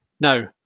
Now